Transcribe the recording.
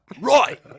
Right